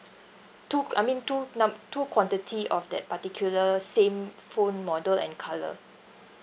two I mean two num~ two quantity of that particular same phone model and colour